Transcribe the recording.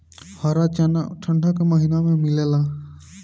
हरा चना ठंडा के महिना में मिलेला